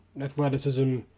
athleticism